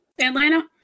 Atlanta